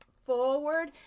forward